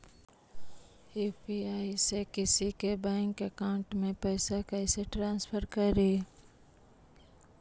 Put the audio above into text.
UPI से किसी के बैंक अकाउंट में पैसा कैसे ट्रांसफर करी?